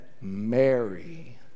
Mary